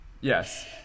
Yes